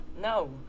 No